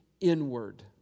inward